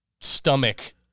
stomach